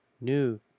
new